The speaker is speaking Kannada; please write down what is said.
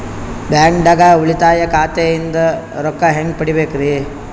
ಬ್ಯಾಂಕ್ದಾಗ ಉಳಿತಾಯ ಖಾತೆ ಇಂದ್ ರೊಕ್ಕ ಹೆಂಗ್ ತಗಿಬೇಕ್ರಿ?